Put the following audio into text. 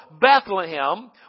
Bethlehem